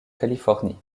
californie